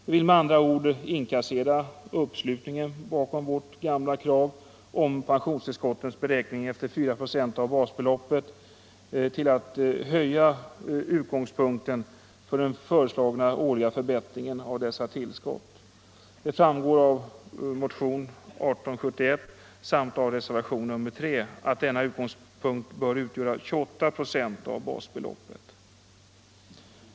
Vi vill med andra ord inkassera uppslutningen bakom vårt gamla krav om pensionstillskottens beräkning efter 4 procent av basbeloppet till att höja utgångspunkten för den föreslagna årliga förbättringen av dessa tillskott. Av motionen 1871 samt reservationen 3 framgår att denna utgångspunkt bör utgöra 28 procent av basbeloppet.